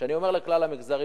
כשאני אומר לכלל המגזרים,